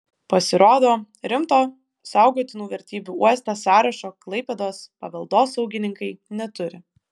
pasirodo rimto saugotinų vertybių uoste sąrašo klaipėdos paveldosaugininkai neturi